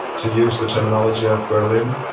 to use the terminology of berlin,